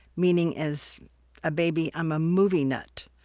meaning as a baby i'm a movie nut.